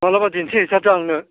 माब्लाबा दिन्थिहैथारदो आंनो